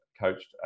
coached